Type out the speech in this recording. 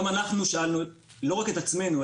גם אנחנו שאלנו לא רק את עצמנו,